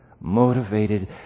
motivated